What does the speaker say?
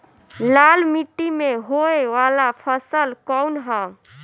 लाल मीट्टी में होए वाला फसल कउन ह?